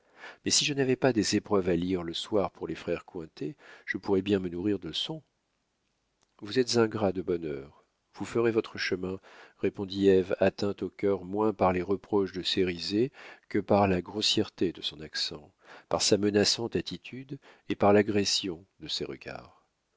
mais si je n'avais pas des épreuves à lire le soir pour les frères cointet je pourrais bien me nourrir de son vous êtes ingrat de bonne heure vous ferez votre chemin répondit ève atteinte au cœur moins par les reproches de cérizet que par la grossièreté de son accent par sa menaçante attitude et par l'agression de ses regards